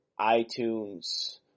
iTunes